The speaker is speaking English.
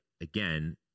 again